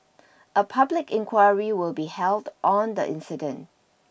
a public inquiry will be held on the incident